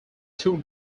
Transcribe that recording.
tour